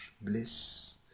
bliss